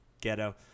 ghetto